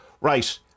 right